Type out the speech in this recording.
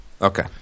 Okay